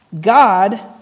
God